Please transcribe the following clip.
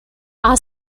are